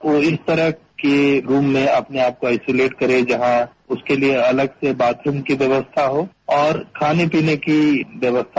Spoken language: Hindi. वो इस तरह के रूम में आइसोलेट करे जहां उसके लिए अलग से बाथरूम की व्यवस्था हो और खाने पीने की व्यवस्था